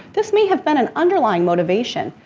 this may have been an underlined motivation,